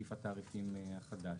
סעיף התעריפים החדש.